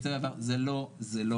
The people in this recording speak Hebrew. זה לא זה.